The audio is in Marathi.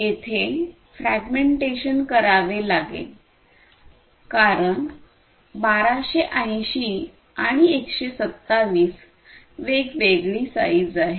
येथे फ्रॅगमेंटेशन करावे लागेल कारण 1280 आणि 127 वेगवेगळी साईज आहे